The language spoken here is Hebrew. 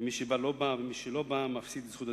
מי שבא, בא, ומי שלא בא מפסיד את זכות הדיבור.